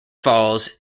falls